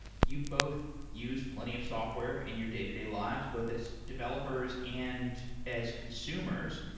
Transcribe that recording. you both use plenty of software in your day-to-day lives, both as developers and as consumers.